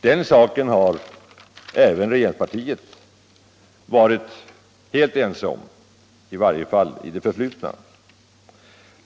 Den saken har även regeringspartiet varit helt enigt om, i varje fall i det förflutna.